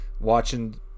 watching